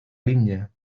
linya